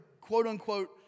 quote-unquote